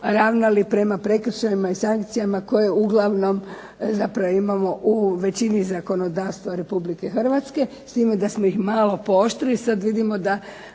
ravnali prema prekršajima i sankcijama koje uglavnom imamo u većini zakonodavstva Republike Hrvatske s time da smo ih malo pooštrili, sada vidimo